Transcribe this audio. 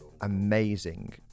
amazing